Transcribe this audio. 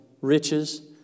riches